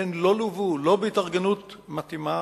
הן לא לוו לא בהתארגנות מתאימה,